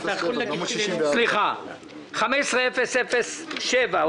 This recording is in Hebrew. בקשה מס' 13-047 אושרה.